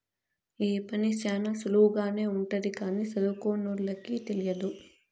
ఈ పని శ్యానా సులువుగానే ఉంటది కానీ సదువుకోనోళ్ళకి తెలియదు